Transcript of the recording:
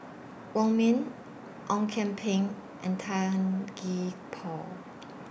Wong Ming Ong Kian Peng and Tan Gee Paw